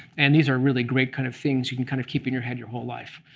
and these are really great kind of things you can kind of keep in your head your whole life.